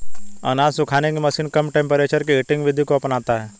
अनाज सुखाने की मशीन कम टेंपरेचर की हीटिंग विधि को अपनाता है